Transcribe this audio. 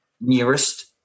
nearest